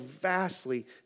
vastly